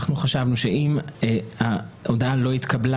אנחנו חשבנו שאם ההודעה לא התקבלה,